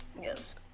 Yes